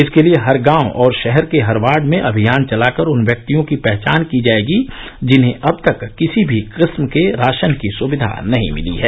इसके लिए हर गांव और शहरों के हर वॉर्ड में अभियान चला कर उन व्यक्तियों की पहचान की जाएगी जिन्हें अब तक किसी भी किस्म के राशन की स्विधा नहीं मिली है